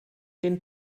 den